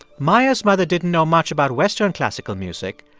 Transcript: maya's mother didn't know much about western classical music.